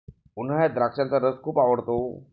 उन्हाळ्यात द्राक्षाचा रस खूप आवडतो